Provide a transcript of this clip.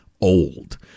old